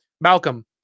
Malcolm